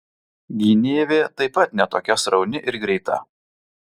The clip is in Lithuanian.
gynėvė taip pat ne tokia srauni ir greita